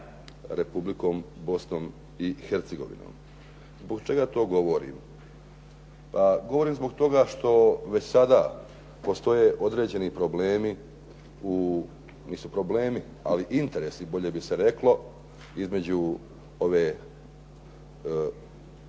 Republikom Bosnom i Hercegovinom. Zbog čega to govorim? Pa govorim zbog toga što već sada postoje određeni problemi, mislim problemi, ali interesi bolje bi se reklo između ove